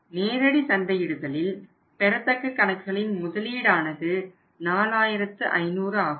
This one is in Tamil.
நேரடி சந்தையிடுதலில் பெறத்தக்க கணக்குகளின் முதலீடானது 4500 ஆகும்